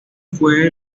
fue